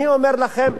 אני אומר לכם,